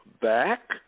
back